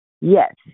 Yes